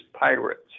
pirates